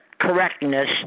correctness